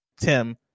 Tim